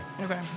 Okay